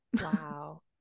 Wow